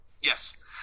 Yes